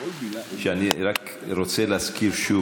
אני רק רוצה להזכיר שוב,